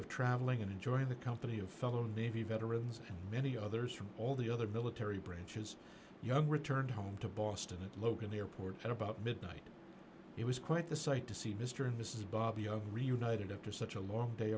of traveling and enjoying the company of fellow navy veterans and many others from all the other military branches young returned home to boston at logan airport at about midnight it was quite the sight to see mr and mrs bobby are reunited after such a long